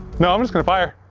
no i'm just gonna fire.